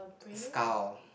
skull